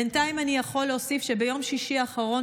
בינתיים אני יכול להוסיף שביום שישי האחרון,